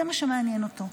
זה מה שמעניין אותו.